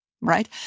Right